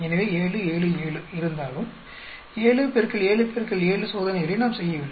எனவே 7 7 7 இருந்தாலும் 7 X 7 X 7 சோதனைகளை நாம் செய்யவில்லை